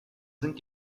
sind